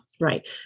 Right